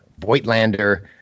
Voigtlander